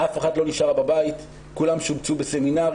אף אחת לא נשארה בבית, כולן שובצו בסמינרים.